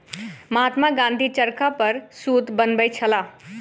महात्मा गाँधी चरखा पर सूत बनबै छलाह